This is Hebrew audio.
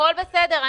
הכול בסדר.